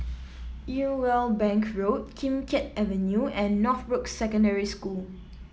Irwell Bank Road Kim Keat Avenue and Northbrooks Secondary School